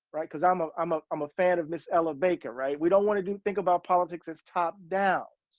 right? cause i'm a, i'm a, i'm a fan of ms. ella baker, right? we don't want to do think about politics as top down.